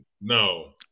No